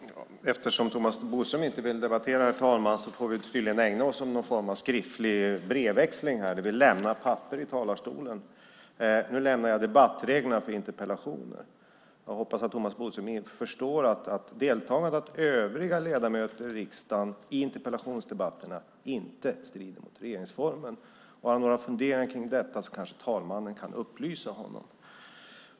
Herr talman! Eftersom Thomas Bodström inte vill debattera får vi tydligen ägna oss åt någon form av skriftlig brevväxling där vi lämnar papper i talarstolen. Nu lämnar jag debattreglerna för interpellationer. Jag hoppas att Thomas Bodström förstår att deltagande av övriga ledamöter i riksdagen i interpellationsdebatterna inte strider mot regeringsformen. Har han några funderingar kring detta kanske talmannen kan upplysa honom.